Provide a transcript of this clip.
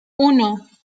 uno